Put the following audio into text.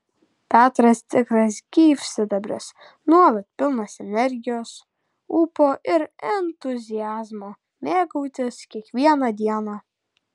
petras tikras gyvsidabris nuolat pilnas energijos ūpo ir entuziazmo mėgautis kiekviena diena